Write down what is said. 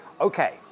Okay